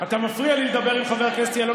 אתה מפריע לי לדבר עם חבר הכנסת יעלון.